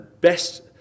best